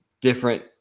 different